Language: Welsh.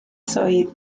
swydd